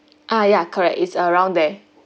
ah ya correct it's around there